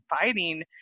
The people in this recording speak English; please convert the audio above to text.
fighting